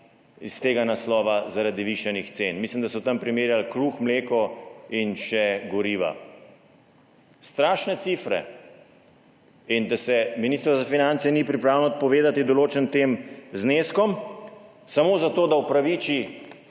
pobrali zaradi zvišanih cen. Mislim, da so tam primerjali kruh, mleko in še goriva. Strašne cifre! In da se Ministrstvo za finance ni pripravljeno odpovedati določenim zneskom samo zato, da upraviči,